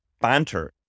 banter